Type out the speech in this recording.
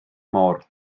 môr